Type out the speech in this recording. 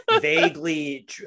vaguely